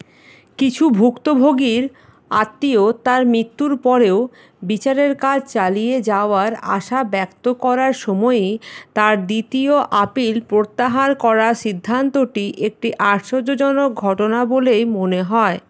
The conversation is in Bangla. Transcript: কিছু ভুক্তভোগীর আত্মীয় তার মৃত্যুর পরেও বিচারের কাজ চালিয়ে যাওয়ার আশা ব্যক্ত করার সময়ই তার দ্বিতীয় আপিল প্রত্যাহার করার সিদ্ধান্তটি একটি আশ্চর্যজনক ঘটনা বলেই মনে হয়